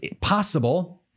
possible